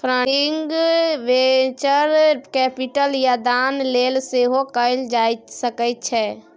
funding venture capital या दान लेल सेहो कएल जा सकै छै